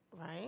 right